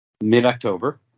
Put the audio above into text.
mid-october